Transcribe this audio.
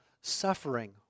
suffering